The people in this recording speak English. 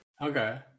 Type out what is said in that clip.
Okay